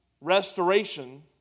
restoration